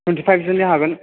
थुइनथिपाइभ जननि हागोन